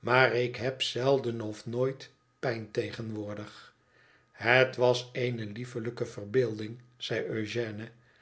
maar ik heb zelden of nooit pijn tegenwoordig thet was eene liefelijke verbeelding zei